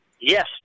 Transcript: Yes